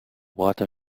water